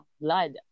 blood